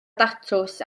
datws